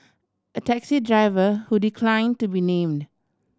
a taxi driver who decline to be named